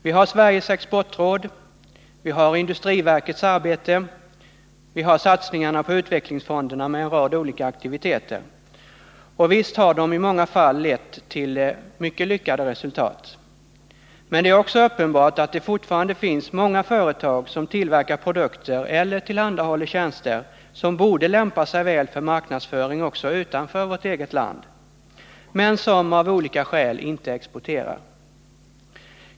Vi har Sveriges Exportråd, vi har industriverkets arbete, vi har satsningarna på utvecklingsfonderna med en rad olika aktiviteter, och visst har de i många fall lett till lyckade resultat. Men det är också uppenbart att det fortfarande finns många företag som tillverkar produkter eller tillhandahåller tjänster vilka borde lämpa sig för marknadsföring också utanför vårt eget land — men som av olika skäl inte exporterar.